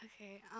Okay